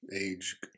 age